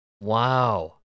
Wow